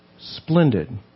splendid